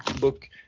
book